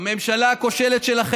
חברת הכנסת.